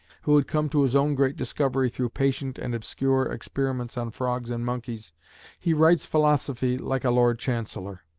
who had come to his own great discovery through patient and obscure experiments on frogs and monkeys he writes philosophy like a lord chancellor.